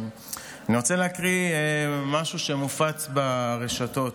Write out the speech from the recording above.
אני רוצה להקריא משהו שמופץ ברשתות.